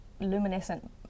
luminescent